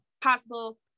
possible